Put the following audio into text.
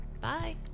Bye